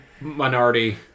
minority